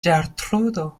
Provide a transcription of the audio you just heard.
ĝertrudo